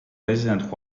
president